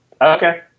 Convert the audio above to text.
Okay